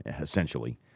essentially